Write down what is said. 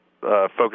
focus